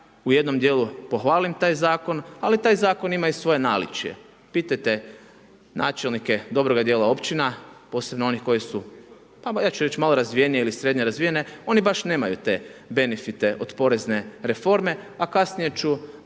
u jednom dijelu pohvalim taj Zakon, ali taj Zakon ima i svoje naličje. Pitajte načelnike dobroga dijela općina, posebno onih koji su tamo, ja ću reći malo razvijenije ili srednje razvijene, oni baš nemaju te benefite od porezne reforme, a kasnije ću